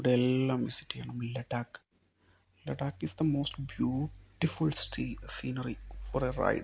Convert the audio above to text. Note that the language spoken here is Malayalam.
ഇവിടെയെല്ലാം വിസിറ്റെയ്യണം Ladakh Ladakh is the most beautiful സ്റ്റീ സീനറി ഫോർ എ റൈഡ്